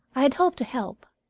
i had hoped to help.